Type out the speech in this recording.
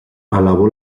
alabó